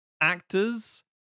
Actors